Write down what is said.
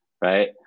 right